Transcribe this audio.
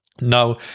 Now